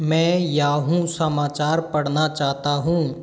मैं याहू समाचार पढ़ना चाहता हूँ